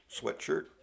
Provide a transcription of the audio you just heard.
sweatshirt